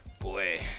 Boy